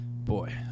Boy